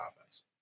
offense